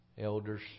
Elders